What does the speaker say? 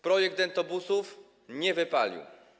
Projekt dentobusów nie wypalił.